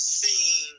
seen